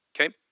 okay